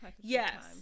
yes